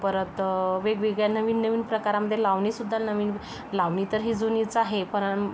परत वेगवेगळ्या नवीन नवीन प्रकारामध्ये लावणीसुद्धा नवीन लावणी तर ही जुनीच आहे परं